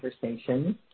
conversations